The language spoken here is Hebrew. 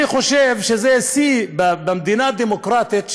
אני חושב שזה שיא במדינה דמוקרטית,